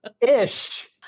Ish